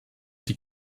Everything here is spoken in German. die